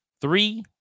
three